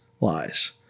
lies